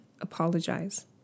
apologize